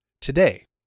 today